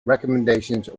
recommendations